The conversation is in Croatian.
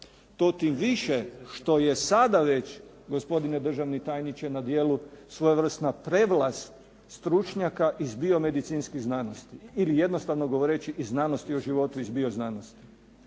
to tim više što je sada već gospodine državni tajniče na djelu svojevrsna prevlast stručnjaka iz biomedicinskih znanosti ili jednostavno govoreći iz znanosti o životu, iz bioznanosti.